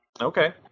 Okay